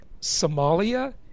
Somalia